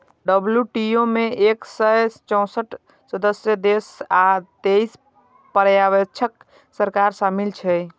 WTO मे एक सय चौंसठ सदस्य देश आ तेइस पर्यवेक्षक सरकार शामिल छै